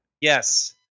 Yes